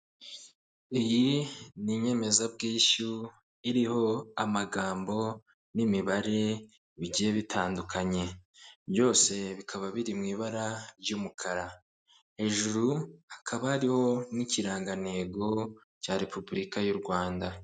Iyi ni inyemezabwishyu iriho amagambo n'imibare bigiye bitandukanye byose bikaba biri mu ibara ry'umukara, hejuru hakaba hariho n'ikirangantego cya repubulika y'u Rwanda.